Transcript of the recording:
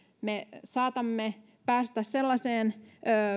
me saatamme päästä sellaiseen